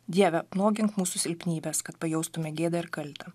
dieve apnuogink mūsų silpnybes kad pajaustume gėdą ir kaltę